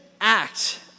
act